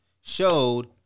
showed